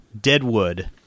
Deadwood